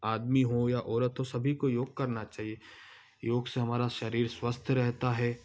आदमी हों या औरत हो सभी को योग करना चाहिए योग से हमारा शरीर स्वस्थ रहता है